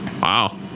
Wow